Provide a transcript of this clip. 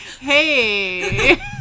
hey